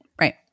Right